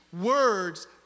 words